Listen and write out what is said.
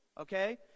okay